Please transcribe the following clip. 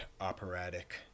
operatic